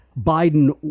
Biden